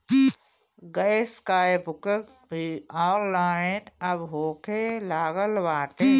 gas कअ booking भी online अब होखे लागल बाटे